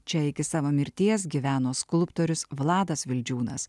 čia iki savo mirties gyveno skulptorius vladas vildžiūnas